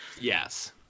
Yes